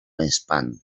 espant